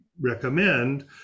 recommend